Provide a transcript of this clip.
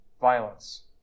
violence